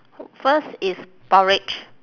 first is porridge